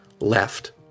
left